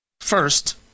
First